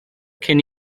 cyn